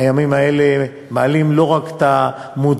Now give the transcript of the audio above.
הימים האלה מעלים לא רק את המודעות,